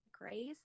grace